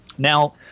Now